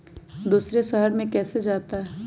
दूसरे शहर मे कैसे जाता?